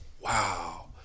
wow